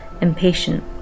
impatient